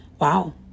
wow